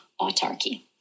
autarky